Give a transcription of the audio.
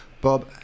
Bob